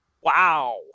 Wow